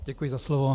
Děkuji za slovo.